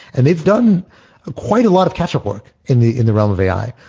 and they've done quite a lot of catch up work in the in the realm of ai.